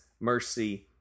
mercy